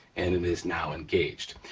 and it is now engaged.